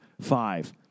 five